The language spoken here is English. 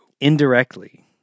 indirectly